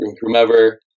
whomever